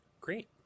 Great